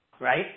Right